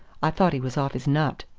i thought he was off his nut.